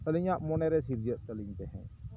ᱟᱞᱤᱧᱟᱜ ᱢᱚᱱᱮᱨᱮ ᱥᱤᱨᱡᱟᱹᱜ ᱛᱟᱹᱞᱤᱝ ᱛᱟᱦᱮᱸᱫ